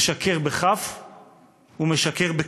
משכר ומשקר.